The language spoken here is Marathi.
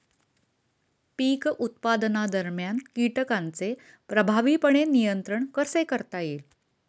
पीक उत्पादनादरम्यान कीटकांचे प्रभावीपणे नियंत्रण कसे करता येईल?